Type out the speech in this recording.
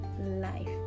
life